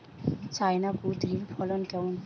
China কুঁদরীর ফলন কেমন?